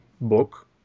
book